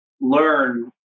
learn